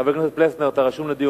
חבר הכנסת פלסנר, אתה רשום לדיון.